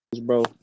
Bro